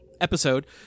episode